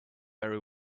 very